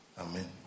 Amen